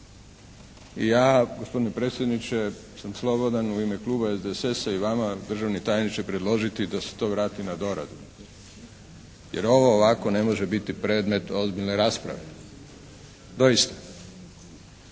Ja gospodine predsjedniče sam slobodan u ime kluba SDSS-a i vama državni tajniče predložiti da se to vrati na doradu. Jer ovo ovako ne može biti predmet ozbiljne rasprave. Doista.